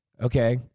okay